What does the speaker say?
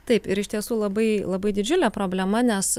taip ir iš tiesų labai labai didžiulė problema nes